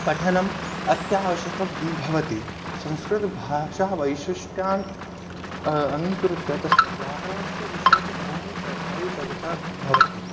पठनम् अत्यावश्यकं भवति संस्कृतभाषावैशिष्ट्यानि अङ्गीकृत्य तस्य व्याकरणस्य विषये तु बहूनि च बहु चर्चा भवति